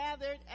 gathered